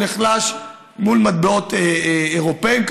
הוא נחלש מול מטבעות אירופיים,